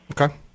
Okay